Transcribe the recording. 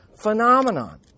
phenomenon